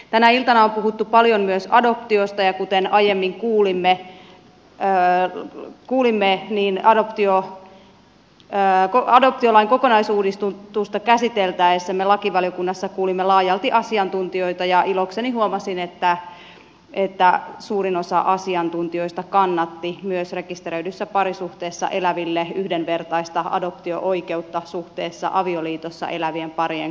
tänä iltana on puhuttu paljon myös adoptiosta ja kuten aiemmin kuulimme käsitellessämme adoptiolain kokonaisuudistusta lakivaliokunnassa kuulimme laajalti asiantuntijoita ja ilokseni huomasin että suurin osa asiantuntijoista kannatti myös rekisteröidyssä parisuhteessa eläville yhdenvertaista adoptio oikeutta suhteessa avioliitossa eläviin pareihin